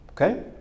Okay